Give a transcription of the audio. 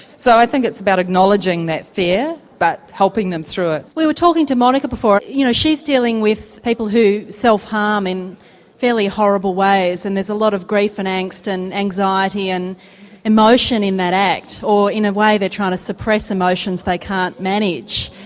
so i think it's about acknowledging that fear but helping them through it. we were talking to monica before you know she's dealing with people who self-harm in fairly horrible ways and there's a lot of grief and angst and anxiety and emotion in that act. or, in a way, they are trying to suppress emotions they can't manage.